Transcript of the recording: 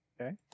Okay